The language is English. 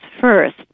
first